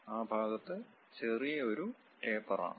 ആ ഭാഗത്ത് ചെറിയ ഒരു ടേപ്പർ ആണ്